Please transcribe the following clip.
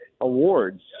awards